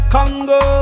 Congo